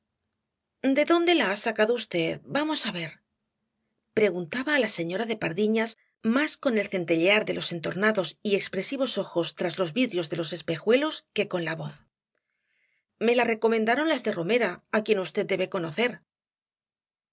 de dónde la ha sacado v vamos á ver preguntaba á la señora de pardiñas más con el centellear de los entornados y expresivos ojos tras los vidrios de los espejuelos que con la voz me la recomendaron las de romera á quien v debe de conocer